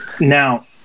Now